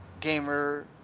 gamer